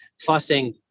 fussing